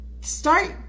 start